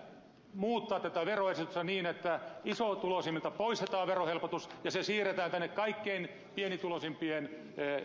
nyt pitää muuttaa tätä veroesitystä niin että isotuloisimmilta poistetaan verohelpotus ja se siirretään tänne kaikkein pienituloisimpien